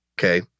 okay